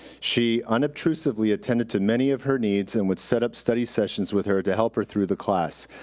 she unobtrusively attended to many of her needs, and would set up study sessions with her to help her through the class.